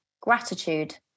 gratitude